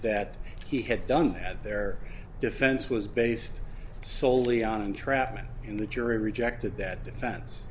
that he had done that their defense was based soley on entrapment in the jury rejected that defen